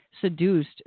seduced